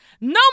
No